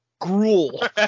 gruel